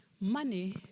Money